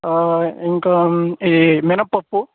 ఇంకా ఈ మినపప్పు